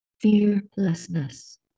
fearlessness